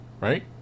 Right